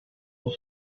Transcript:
pour